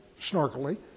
snarkily